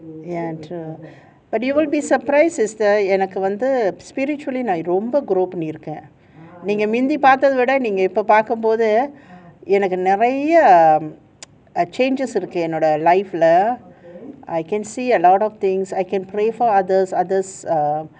ya true but you will be surprised sister எனக்கு வந்து நான்:enakku vanthu naan spiritually ரொம்ப பண்ணீருக்கேன் நீங்க மிந்தி பாத்ததவிட இப்ப பாக்கும்போது எனக்குromba panneerukken neenga minthi paaththathavoida ippa paarkkumbothu enakku change இருக்கு:irukku life lah I can see a lot of things I can pray for others others err